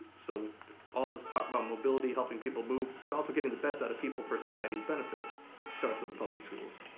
so all this talk about mobility, helping people move, but also getting the best out of people for society's benefit starts with the public schools.